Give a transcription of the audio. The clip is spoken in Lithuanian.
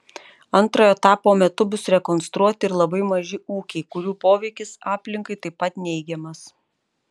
antrojo etapo metu bus rekonstruoti ir labai maži ūkiai kurių poveikis aplinkai taip pat neigiamas